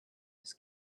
his